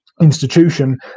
institution